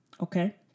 Okay